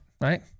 right